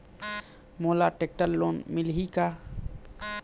मोला tractor loan मिलही का?